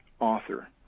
author